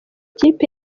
kipe